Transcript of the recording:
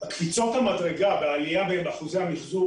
קפיצות המדרגה והעלייה באחוזי המחזור